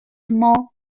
more